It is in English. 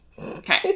Okay